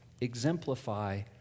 exemplify